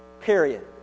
Period